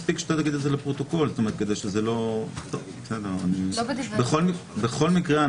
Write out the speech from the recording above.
אני חבר הקואליציה.